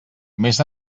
més